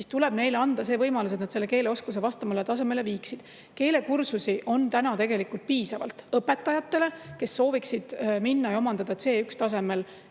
siis tuleb anda neile võimalus, et nad oma keeleoskuse vastavale tasemele viiksid. Keelekursusi on piisavalt õpetajatele, kes sooviksid minna ja omandada C1-tasemel